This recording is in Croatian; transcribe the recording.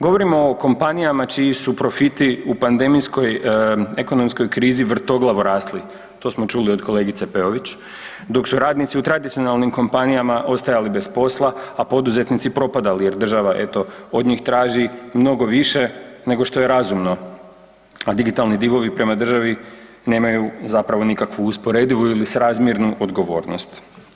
Govorimo o kompanijama čiji su profiti u pandemijskoj ekonomskoj krizi vrtoglavo rasli, to smo čuli od kolegice Peović, dok su radnici u tradicionalnim kompanijama ostajali bez posla, a poduzetnici propadali, jer država, eto, od njih traži mnogo više nego što je razumno, a digitalni divovi prema državi nemaju zapravo nikakvu usporedivu ili srazmjernu odgovornost.